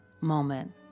moment